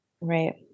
right